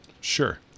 Sure